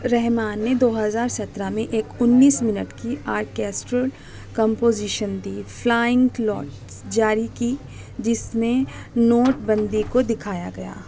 رحمان نے دو ہزار سترہ میں ایک انیس منٹ کی orchestrated composition the flying lotus جاری کی جس نے نوٹ بندی کو دکھایا گیا